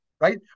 right